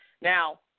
Now